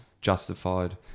justified